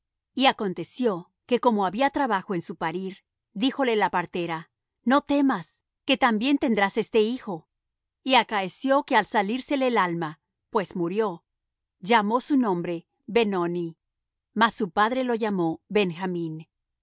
y aconteció que como había trabajo en su parir díjole la partera no temas que también tendrás este hijo y acaeció que al salírsele el alma pues murió llamó su nombre benoni mas su padre lo llamó benjamín